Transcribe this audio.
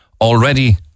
already